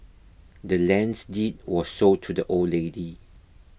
the land's deed was sold to the old lady